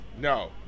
no